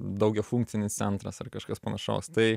daugiafunkcinis centras ar kažkas panašaus tai